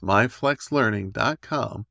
MyFlexLearning.com